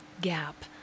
gap